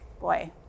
Boy